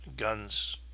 guns